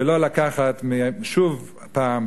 ולא לקחת שוב פעם,